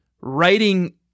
writing